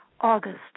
August